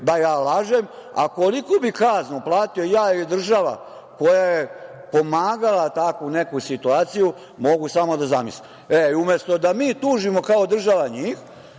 da ja lažem, a koliku bi kaznu platio ja ili država, koja je pomagala takvu neku situaciju, mogu samo da zamislim. Umesto da mi tužimo kao država njih,